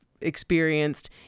experienced